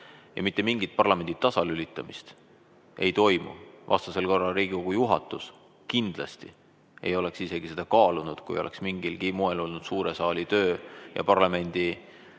Mitte mingit parlamendi tasalülitamist ei toimu, vastasel korral Riigikogu juhatus kindlasti ei oleks seda isegi mitte kaalunud, kui oleks mingilgi moel olnud suure saali töö ja parlamendiliikme